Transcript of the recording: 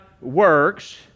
works